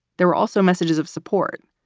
there were also messages of support,